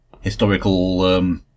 historical